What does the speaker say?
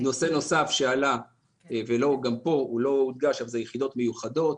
נושא נוסף שעלה ולא הודגש פה זה יחידות מיוחדות,